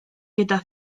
gyda